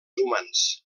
humans